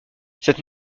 cette